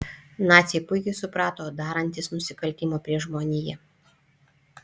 naciai puikiai suprato darantys nusikaltimą prieš žmoniją